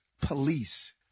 police